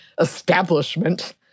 establishment